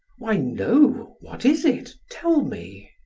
why, no what is it? tell me.